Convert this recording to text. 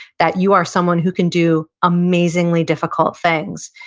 that you are someone who can do amazingly difficult things,